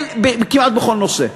בכל נושא.